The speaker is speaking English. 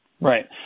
Right